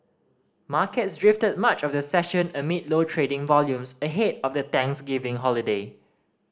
markets drifted much of the session amid low trading volumes ahead of the Thanksgiving holiday